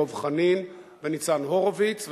דב חנין וניצן הורוביץ,